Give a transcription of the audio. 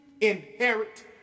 inherit